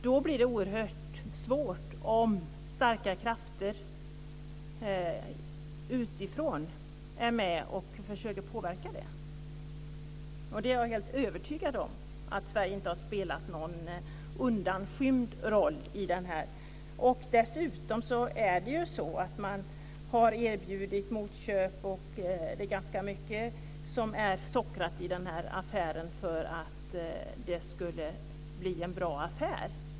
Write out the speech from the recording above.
Då blir det oerhört svårt om starka krafter utifrån är med och försöker påverka, och jag är helt övertygad om att Sverige inte har spelat någon undanskymd roll i det här. Dessutom är det så att man har erbjudit motköp. Det är ganska mycket som är sockrat i den här affären för att det ska bli en bra affär.